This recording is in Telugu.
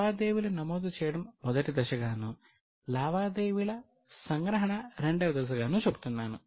లావాదేవీలు నమోదు చేయడం మొదటి దశ గాను లావాదేవీల సంగ్రహణ రెండవ దశ గాను చెబుతున్నాను